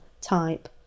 type